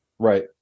Right